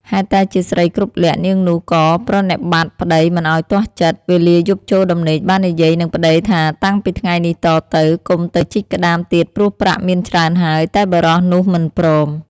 ហេតុតែជាស្រីគ្រប់លក្ខណ៍នាងនោះក៏ប្រណិប័តន៍ប្ដីមិនឲ្យទាស់ចិត្ត វេលាយប់ចូលដំណេកបាននិយាយនឹងប្ដីថាតាំងពីថ្ងៃនេះតទៅ កុំទៅជីកក្ដាមទៀតព្រោះប្រាក់មានច្រើនហើយ តែបុរសនោះមិនព្រម ។